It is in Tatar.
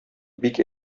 бик